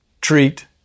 treat